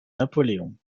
napoléon